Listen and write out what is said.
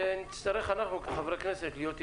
ונצטרך אנחנו כחברי כנסת להיות יצירתיים,